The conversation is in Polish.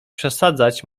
przesadzać